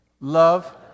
Love